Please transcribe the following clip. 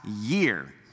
year